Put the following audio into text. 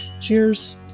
cheers